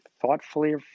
thoughtfully